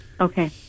Okay